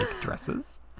dresses